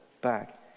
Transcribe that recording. back